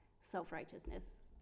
self-righteousness